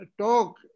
talk